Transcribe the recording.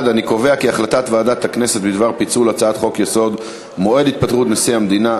הצעת ועדת הכנסת בדבר פיצול הצעת חוק-יסוד: מועד התפטרות נשיא המדינה,